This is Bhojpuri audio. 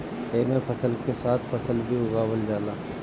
एमे फसल के साथ फल भी उगावल जाला